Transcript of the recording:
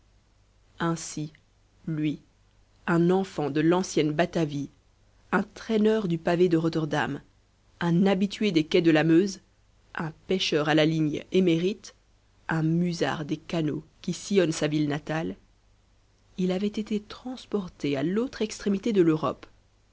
ainsi lui un enfant de l'ancienne batavie un traîneur du pavé de rotterdam un habitué des quais de la meuse un pêcheur à la ligne émérite un musard des canaux qui sillonnent sa ville natale il avait été transporté à l'autre extrémité de l'europe